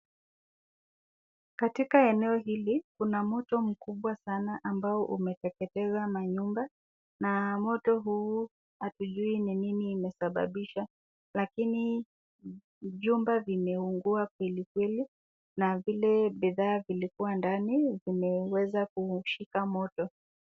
Katika eneo hili, kuna moto mkubwa sana ambao umeteketeza manyumba na moto huu hatujui ni nini imesababisha lakini jumba vimeungua kwelikweli na vile bidhaa vilikuwa ndani vimeweza kushika moto.